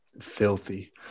filthy